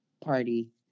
party